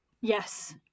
Yes